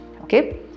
Okay